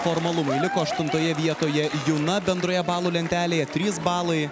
formalumai liko aštuntoje vietoje juna bendroje balų lentelėje trys balai